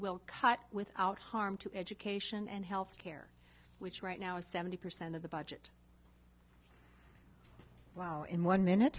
will cut without harm to education and health care which right now is seventy percent of the budget in one minute